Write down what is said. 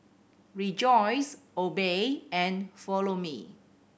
Rejoice Obey and Follow Me